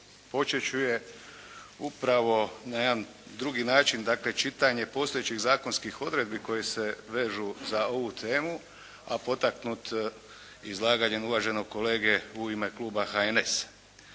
počet ću je upravo na jedan drugi način. Dakle, čitanje postojećih zakonskih odredbi koje se vežu za ovu temu, a potaknut izlaganjem uvaženog kolege u ime kluba HNS-a.